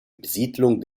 besiedlung